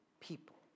people